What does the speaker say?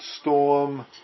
storm